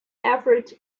effort